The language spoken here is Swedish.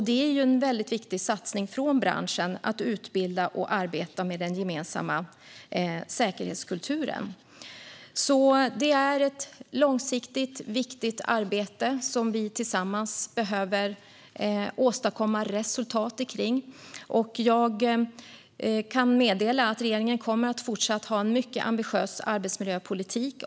Det är en viktig satsning från branschen för att utbilda och arbeta med den gemensamma säkerhetskulturen. Det är ett långsiktigt, viktigt arbete som vi tillsammans behöver åstadkomma resultat kring. Jag kan meddela att regeringen kommer att fortsätta ha en mycket ambitiös arbetsmiljöpolitik.